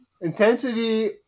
Intensity